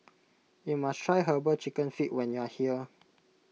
you must try Herbal Chicken Feet when you are here